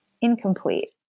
incomplete